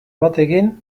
batekin